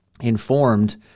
informed